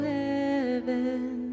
heaven